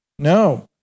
No